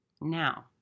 Now